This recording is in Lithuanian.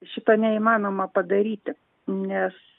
šito neįmanoma padaryti nes